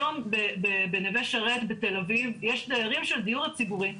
היום בנווה שרת בתל אביב יש דיירים של הדיור הציבורי,